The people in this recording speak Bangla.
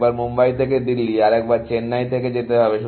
একবার মুম্বাই থেকে দিল্লি আর একবার চেন্নাই থেকে যেতে হবে